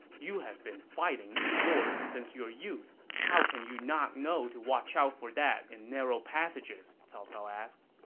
you have been fighting in wars since your youth how can you not know to watch out for that in narrow passages? cao cao asked